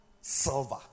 silver